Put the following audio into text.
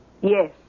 Yes